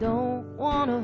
don't want to